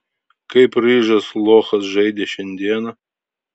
kaip ryžas lochas žaidė šiandieną